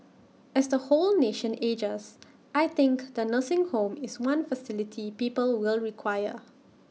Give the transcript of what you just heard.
as the whole nation ages I think the nursing home is one facility people will require